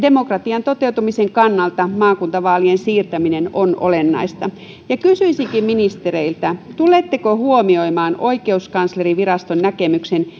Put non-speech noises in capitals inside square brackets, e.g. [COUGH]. demokratian toteutumisen kannalta maakuntavaalien siirtäminen on olennaista kysyisinkin ministereiltä tuletteko huomioimaan oikeuskanslerinviraston näkemyksen [UNINTELLIGIBLE]